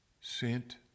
sent